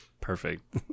perfect